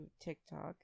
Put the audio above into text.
TikTok